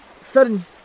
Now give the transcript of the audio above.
Sudden